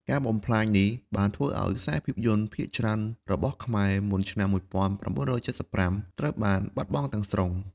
ការបំផ្លាញនេះបានធ្វើឲ្យខ្សែភាពយន្តភាគច្រើនរបស់ខ្មែរមុនឆ្នាំ ១៩៧៥ ត្រូវបាត់បង់ទាំងស្រុង។